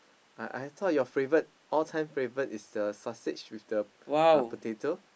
I I thought your favourite all time favourite is the sausage with the uh potato